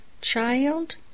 child